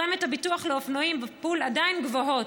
פרמיות הביטוח לאופנועים בפול עדיין גבוהות,